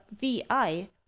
vi